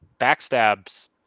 backstabs